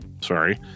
sorry